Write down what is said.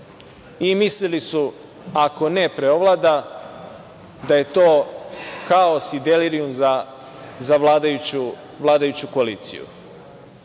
Mislili su da ako nepreovlada, da je to haos i delirijum za vladajuću koaliciju. Dakle,